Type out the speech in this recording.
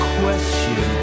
question